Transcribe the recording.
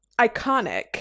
iconic